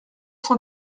cent